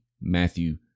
Matthew